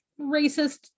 racist